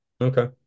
Okay